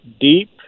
Deep